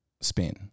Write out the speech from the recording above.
spin